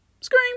Scream